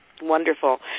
Wonderful